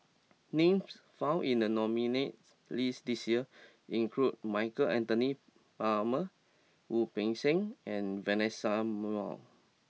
names found in the nominees' list this year include Michael Anthony Palmer Wu Peng Seng and Vanessa Mae